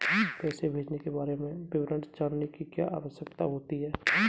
पैसे भेजने के बारे में विवरण जानने की क्या आवश्यकता होती है?